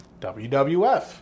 WWF